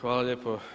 Hvala lijepo.